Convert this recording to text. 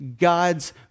God's